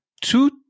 two